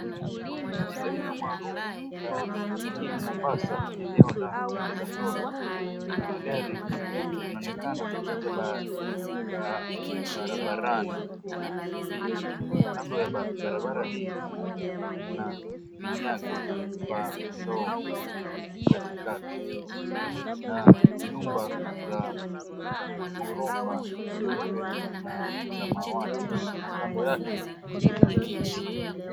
Katika eneo maarufu la jijini Mombasa, eneo la pembe za ndovu, magari yanaonekana kupita barabarani na pikipiki. Kando ya barabara hii, kuna vinyago vya ndovu katikati na nyumba za ghorofa nyeupe na samawati na kando yake kuna viti.